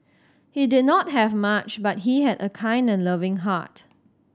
he did not have much but he had a kind and loving heart